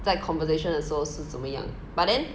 在 conversation 的时候是怎么样 but then